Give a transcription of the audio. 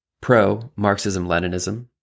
pro-Marxism-Leninism